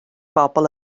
bobl